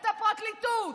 את הפרקליטות,